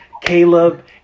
Caleb